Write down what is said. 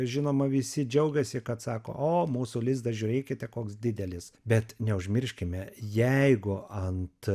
žinoma visi džiaugiasi kad sako o mūsų lizdą žiūrėkite koks didelis bet neužmirškime jeigu ant